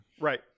Right